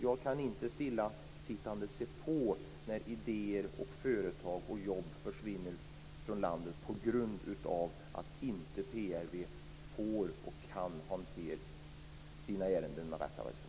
Jag kan inte stillasittande se på när idéer, företag och jobb försvinner från landet på grund av att PRV inte får och inte kan hantera sina ärenden med rätt resurser.